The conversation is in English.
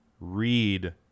read